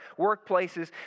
workplaces